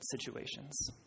situations